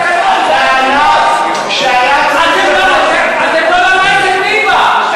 אתם לא למדתם ליבה.